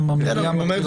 הזו.